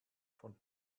von